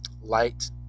light